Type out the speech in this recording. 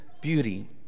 beauty